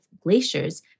glaciers